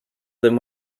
than